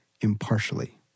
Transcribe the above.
impartially